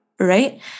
right